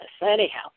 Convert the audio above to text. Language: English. Anyhow